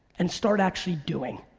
and start actually doing.